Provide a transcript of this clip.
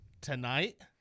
tonight